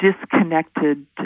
disconnected